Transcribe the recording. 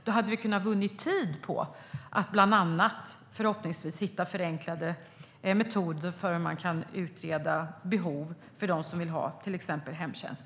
Vi hade kunnat vinna tid på att förhoppningsvis hitta förenklade metoder när det gäller hur man kan utreda behov för dem som vill ha till exempel hemtjänst.